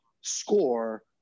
score